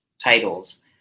titles